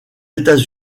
états